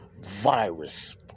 virus